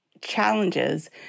challenges